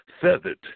feathered